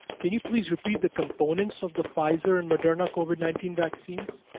can you please repeat the components of the pfizer and moderna covid nineteen vaccines?